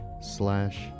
slash